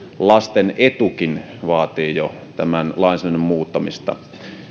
lasten etukin jo vaativat tämän lainsäädännön muuttamista